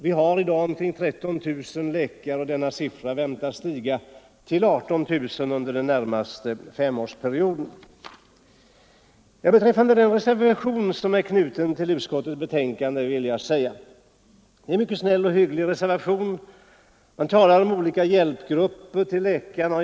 Vi har i dag omkring 13 000 läkare, och denna siffra väntas stiga till 18000 under den närmaste femårsperioden. Beträffande den reservation som är knuten till utskottets betänkande vill jag säga att det är en mycket snäll och hygglig reservation, som talar om olika hjälpgrupper till läkarna.